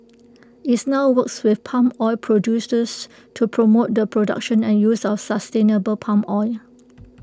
is now works with palm oil producers to promote the production and use of sustainable palm oil